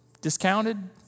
discounted